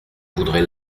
voudrais